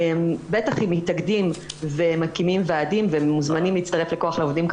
בטח אם מתאגדים ומקימים ועדים והם מוזמנים להצטרף לכוח לעובדים.